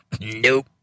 nope